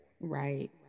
Right